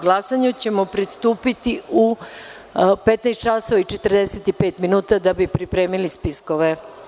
Glasanju ćemo pristupiti u 15 časova i 45 minuta da bi pripremili spiskove.